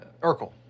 Urkel